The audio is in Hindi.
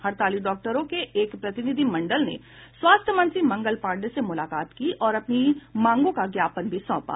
हड़ताली डॉक्टरों के एक प्रतिनिधि मंडल ने स्वास्थ्य मंत्री मंगल पांडेय से मुलाकात की और अपनी मांगों का ज्ञापन भी सौंपा